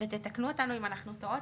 ותתקנו אותנו אם אנחנו טועות,